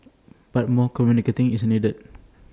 but more communication is needed